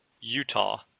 Utah